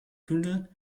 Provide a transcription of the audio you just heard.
tunnel